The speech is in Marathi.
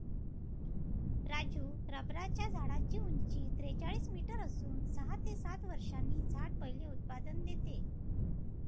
राजू रबराच्या झाडाची उंची त्रेचाळीस मीटर असून सहा ते सात वर्षांनी झाड पहिले उत्पादन देते